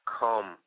come